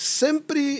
sempre